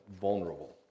vulnerable